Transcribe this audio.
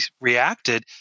reacted